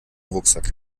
rucksack